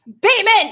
Bateman